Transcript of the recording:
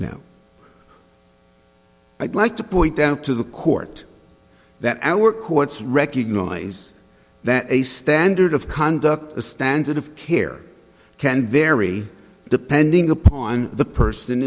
now i'd like to point out to the court that our courts recognize that a standard of conduct a standard of care can vary depending upon the person